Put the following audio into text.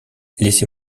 laissez